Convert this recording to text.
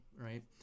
Right